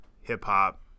hip-hop